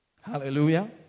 Hallelujah